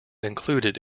included